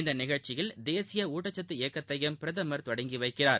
இந்த நிகழ்ச்சியில் தேசிய ஊட்டச்சத்து இயக்கத்தையும் பிரதமர் தொடங்கி வைக்கிறார்